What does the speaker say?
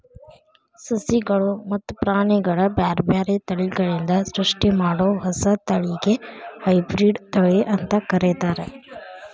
ಸಸಿಗಳು ಮತ್ತ ಪ್ರಾಣಿಗಳ ಬ್ಯಾರ್ಬ್ಯಾರೇ ತಳಿಗಳಿಂದ ಸೃಷ್ಟಿಮಾಡೋ ಹೊಸ ತಳಿಗೆ ಹೈಬ್ರಿಡ್ ತಳಿ ಅಂತ ಕರೇತಾರ